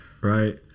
Right